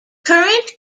current